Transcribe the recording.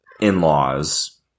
in-laws